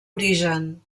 origen